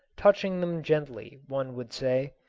touching them gently, one would say.